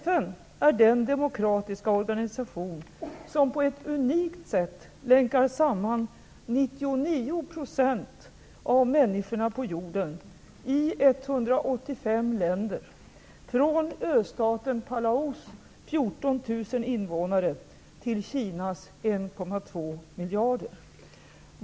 FN är den demokratiska organisation som på ett unikt sätt länkar samman 99 % av människorna på jorden i 185 länder, från ö-staten Palaus 14 000 invånare till Kinas 1,2 miljarder.